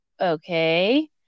okay